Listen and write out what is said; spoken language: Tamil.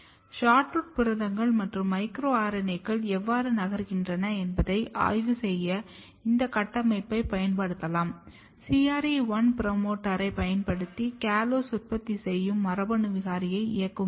SHORTROOT புரதங்கள் மற்றும் மைக்ரோ RNAகள் எவ்வாறு நகர்கின்றன என்பதை ஆய்வு செய்ய இந்த கட்டமைப்பைப் பயன்படுத்தலாம் CRE1 புரோமோட்டாரைப் பயன்படுத்தி கால்சோஸ் உற்பத்தி செய்யும் மரபணு விகாரியை இயக்கும்போது